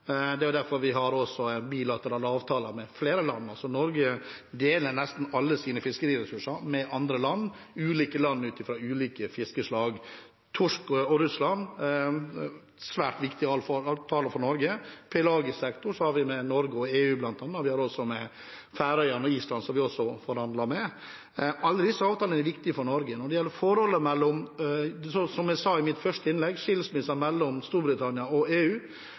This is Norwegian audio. Det er derfor vi har bilaterale avtaler med flere land. Norge deler nesten alle sine fiskeressurser med andre land, ulike land ut fra ulike fiskeslag, som torsk og Russland – en svært viktig avtale for Norge. I pelagisk sektor har vi det med Norge og EU, bl.a. Færøyene og Island har vi også forhandlet med. Alle disse avtalene er viktige for Norge. Som jeg sa i mitt første innlegg med hensyn til skilsmissen mellom Storbritannia og EU,